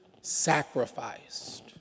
sacrificed